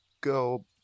go